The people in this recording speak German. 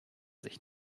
sich